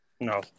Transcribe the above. No